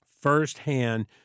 firsthand